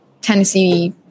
Tennessee